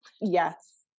Yes